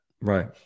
Right